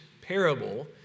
parable